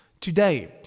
Today